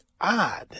odd